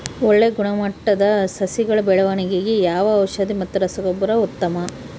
ಒಳ್ಳೆ ಗುಣಮಟ್ಟದ ಸಸಿಗಳ ಬೆಳವಣೆಗೆಗೆ ಯಾವ ಔಷಧಿ ಮತ್ತು ರಸಗೊಬ್ಬರ ಉತ್ತಮ?